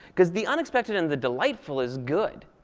because the unexpected and the delightful is good.